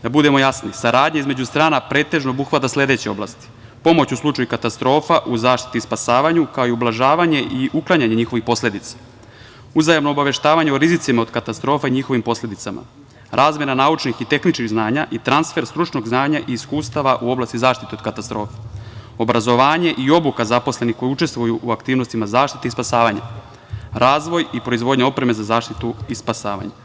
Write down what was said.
Da budemo jasni, saradnja između strana pretežno obuhvata sledeće oblasti: pomoć u slučaju katastrofa, u zaštiti i spasavanju, kao i ublažavanje i uklanjanje njihovih posledica, uzajamno obaveštavanje o rizicima od katastrofa i njihovim posledicama, razmena naučnih i tehničkih znanja i transfer stručnog znanja i iskustava iz oblasti zaštite od katastrofa, obrazovanje i obuka zaposlenih koji učestvuju u aktivnostima zaštite i spasavanja, razvoj i proizvodnja opreme za zaštitu i spasavanje.